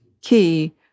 key